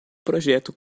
projeto